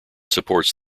supports